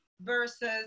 versus